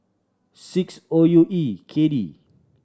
six O U E K D